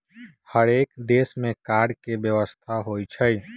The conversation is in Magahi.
हरेक देश में कर के व्यवस्था होइ छइ